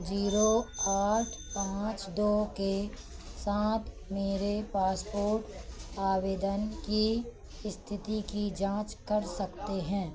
zero आठ पाँच दो के साथ मेरे पासपोर्ट आवेदन की स्थिति की जाँच कर सकते हैं